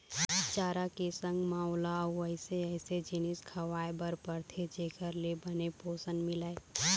चारा के संग म ओला अउ अइसे अइसे जिनिस खवाए बर परथे जेखर ले बने पोषन मिलय